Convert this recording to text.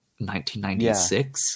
1996